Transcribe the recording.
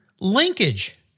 Linkage